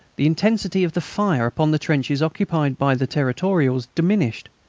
the intensity of the fire upon the trenches occupied by the territorials diminished.